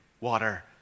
water